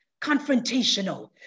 confrontational